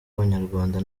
abanyarwanda